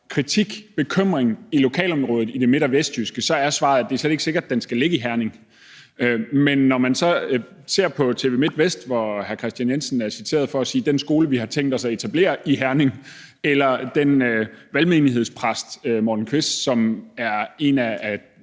kritik, bekymring i lokalområdet i det midt- og vestjyske, så er, at det slet ikke er sikkert, at den skal ligge i Herning. Men når vi så ser på TV Midtvest, at hr. Kristian Jensen er citeret for at tale om den skole, som man har tænkt sig at etablere i Herning, og at den valgmenighedspræst, Morten Kvist, som er en af